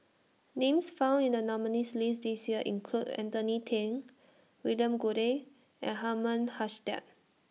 Names found in The nominees' list This Year include Anthony ten William Goode and Herman Hochstadt